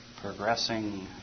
progressing